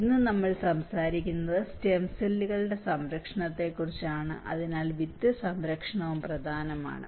ഇന്ന് നമ്മൾ സംസാരിക്കുന്നത് സ്റ്റെം സെല്ലുകളുടെ സംരക്ഷണത്തെക്കുറിച്ചാണ് അതിനാൽ വിത്ത് സംരക്ഷണവും പ്രധാനമാണ്